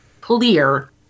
clear